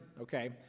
okay